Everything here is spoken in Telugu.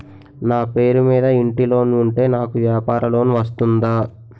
నా పేరు మీద ఇంటి లోన్ ఉంటే నాకు వ్యాపార లోన్ వస్తుందా?